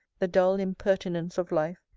the dull impertinence of life,